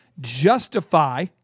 justify